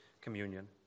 communion